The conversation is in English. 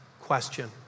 question